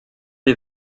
des